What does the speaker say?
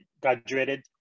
graduated